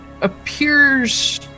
appears